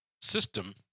system